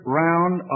round